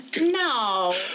No